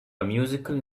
musical